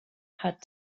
had